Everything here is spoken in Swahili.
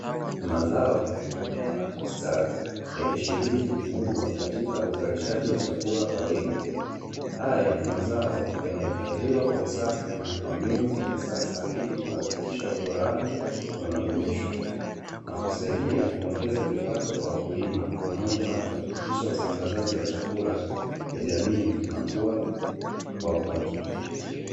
Mazao yaliyomea na kustawi yakishiriki vikubwa katika uzalishaji wa chakula kwa wingi. Haya mazao yanahifadhiwa kwa usafi na kwa mbinu za kisasa ili kuhakikisha ubora wake unadumishwa na kusaidia kuongeza kipato kwa wakulima pamoja na kuhakikisha usambazaji wa chakula kwa jamii unakuwa wa uhakika.